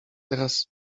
teraz